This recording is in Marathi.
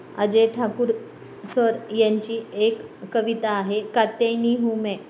अजय ठाकूर सर यांची एक कविता आहे कात्यायनी हू मैं